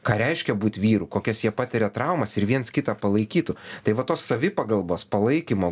ką reiškia būt vyru kokias jie patiria traumas ir viens kitą palaikytų tai va tos savipagalbos palaikymo